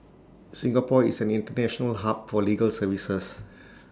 Singapore is an International hub for legal services